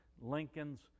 Lincoln's